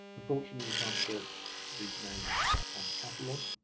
unfortunately, you can't search these names on the catalogue.